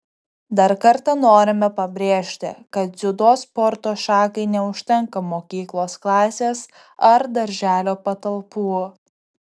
dar kartą norime pabrėžti kad dziudo sporto šakai neužtenka mokyklos klasės ar darželio patalpų